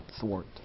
thwart